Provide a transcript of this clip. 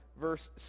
verse